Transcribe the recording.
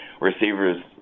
receivers